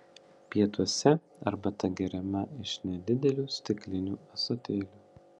pietuose arbata geriama iš nedidelių stiklinių ąsotėlių